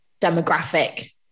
demographic